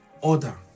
order